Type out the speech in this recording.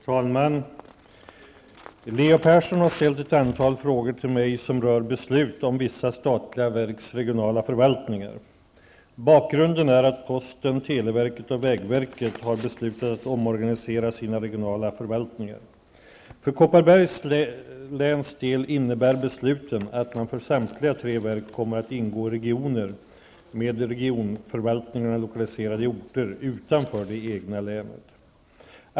Herr talman! Leo Persson har ställt ett antal frågor till mig som rör beslut om vissa statliga verks regionala förvaltningar. Bakgrunden är att posten, televerket och vägverket har beslutat att omorganisera sina regionala förvaltningar. För Kopparbergs läns del innebär besluten att man för samtliga tre verk kommer att ingå i regioner med regionförvaltningarna lokaliserade i orter utanför det egna länet.